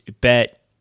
bet